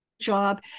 job